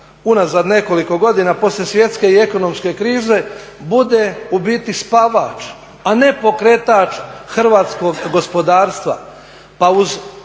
unazad nekoliko godina poslije svjetske i ekonomske krize bude u biti spavač, a ne pokretač hrvatskog gospodarstva.